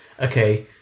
okay